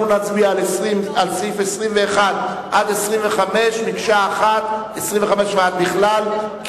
אנחנו נצביע על סעיף 21 25 ועד בכלל,